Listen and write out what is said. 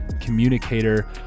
communicator